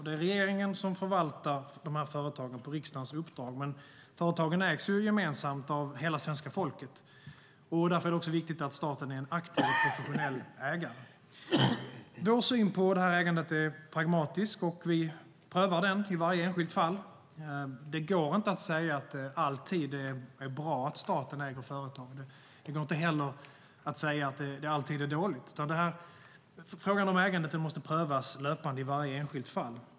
Det är regeringen som förvaltar de här företagen på riksdagens uppdrag, men företagen ägs gemensamt av hela svenska folket. Därför är det viktigt att staten är en aktiv och professionell ägare. Vår syn på ägandet är pragmatisk. Vi prövar detta i varje enskilt fall. Det går inte att säga att det alltid är bra att staten äger företag. Det går inte heller att säga att det alltid är dåligt. Frågan om ägandet måste prövas löpande i varje enskilt fall.